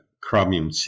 chromium